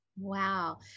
wow